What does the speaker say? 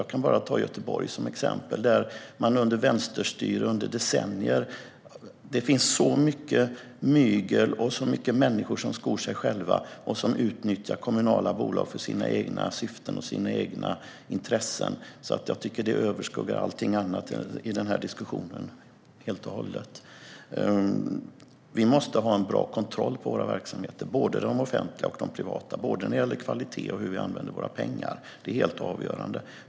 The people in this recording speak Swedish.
Jag kan bara ta Göteborg som exempel. Där har man haft vänsterstyre i decennier. Det finns så mycket mygel, så många människor som skor sig själva och som utnyttjar kommunala bolag för sina egna syften och egna intressen att det överskuggar allting annat i den här diskussionen helt och hållet. Vi måste ha en bra kontroll på våra verksamheter. Det gäller både de offentliga och de privata, både när det gäller kvalitet och hur vi använder våra pengar. Det är helt avgörande.